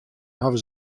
hawwe